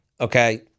Okay